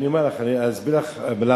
אני אומר לך, אני אסביר לך למה.